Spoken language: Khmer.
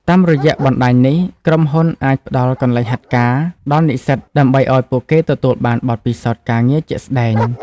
តាមរយៈបណ្តាញនេះ ក្រុមហ៊ុនអាចផ្តល់ កន្លែងហាត់ការ ដល់និស្សិតដើម្បីឱ្យពួកគេទទួលបានបទពិសោធន៍ការងារជាក់ស្តែង។